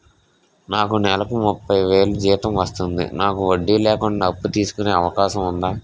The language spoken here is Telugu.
నాకు నేలకు ముప్పై వేలు జీతం వస్తుంది నాకు వడ్డీ లేకుండా అప్పు తీసుకునే అవకాశం ఉందా